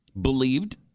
believed